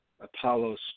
Apollos